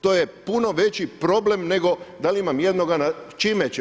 To je puno veći problem nego da li ima jednoga na čime ćeš?